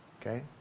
Okay